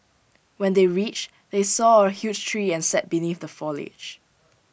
when they reached they saw A huge tree and sat beneath the foliage